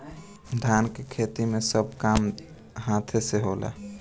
धान के खेती मे सब काम हाथे से होला